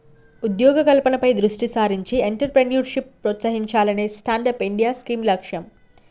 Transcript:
ఉద్యోగ కల్పనపై దృష్టి సారించి ఎంట్రప్రెన్యూర్షిప్ ప్రోత్సహించాలనే స్టాండప్ ఇండియా స్కీమ్ లక్ష్యం